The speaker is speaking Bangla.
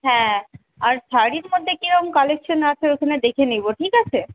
হ্যাঁ আর শাড়ির মধ্যে কিরকম কালেকশন আছে ওইখানে দেখে নিবো ঠিক আছে